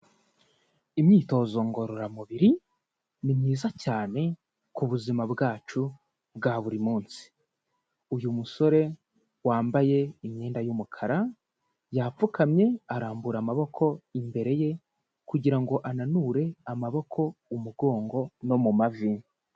Imyitozo ngororamubiri ni myiza cyane ku buzima bwacu bwa buri munsi, uyu musore wambaye imyenda y'umukara, yapfukamye arambura amaboko imbere ye, kugira ngo ananure amaboko, umugongo, no mu mavi.